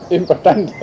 important